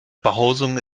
behausung